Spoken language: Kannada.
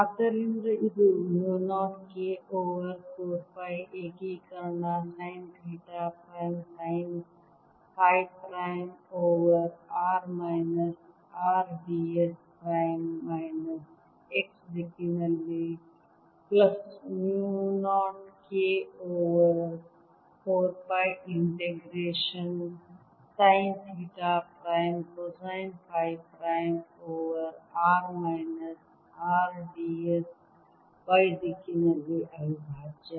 ಆದ್ದರಿಂದ ಇದು ಮ್ಯೂ 0 K ಓವರ್ 4 ಪೈ ಏಕೀಕರಣ sine theta prime sine phi prime over r minus R d s prime minus x ದಿಕ್ಕಿನಲ್ಲಿ plus mu 0 K over 4 pi integration sine theta prime cosine phi prime over r minus R d s y ದಿಕ್ಕಿನಲ್ಲಿ ಅವಿಭಾಜ್ಯ